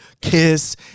kiss